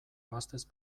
gaztez